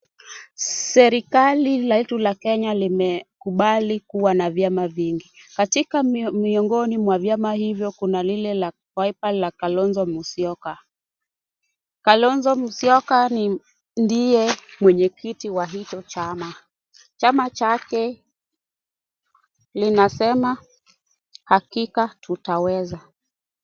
Serikali letu la Kenya limekubali kuwa na vyama vingi. Katika miongoni mwa vyama hivyo, kuna lile la Wiper la Kalonzo Musyoka. Kalonzo Musyoka ni ndiye mwenyekiti wa hicho chama. Chama chake linasema hakika tutaweza.